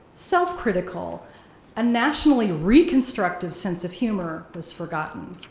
self-critical and nationally reconstructive sense of humor was forgotten.